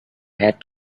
had